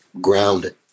grounded